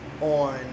on